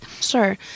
Sure